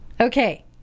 okay